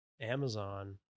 amazon